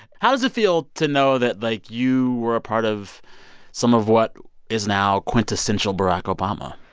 how does it feel to know that, like, you were a part of some of what is now quintessential barack obama?